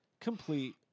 complete